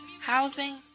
housing